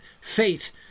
Fate